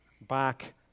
back